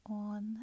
on